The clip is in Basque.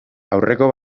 aurreko